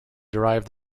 derived